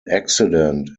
accident